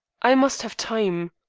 i must have time.